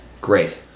Great